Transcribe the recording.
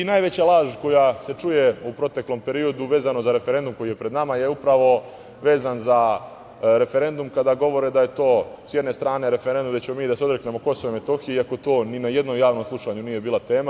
Najveća laž koja se čuje u proteklom periodu vezano za referendum koji je pred nama je upravo vezan za referendum kada govore da je to, s jedne strane, referendum gde ćemo mi da se odreknemo Kosova i Metohije, iako to ni na jednom javnom slušanju nije bila tema.